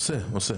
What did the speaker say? עושה, עושה.